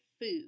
food